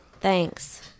Thanks